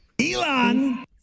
Elon